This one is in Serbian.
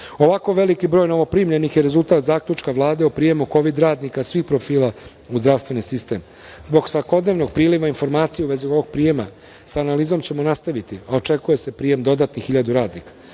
Ovako veliki broj novoprimljenih je rezultat zaključka Vlade o prijemu Kovid radnika svih profila u zdravstveni sistem. Zbog svakodnevnog priliva informacija u vezi ovog prijema, sa analizom ćemo nastaviti, a očekuje se prijem dodatnih 1.000 radnika.